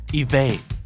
evade